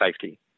safety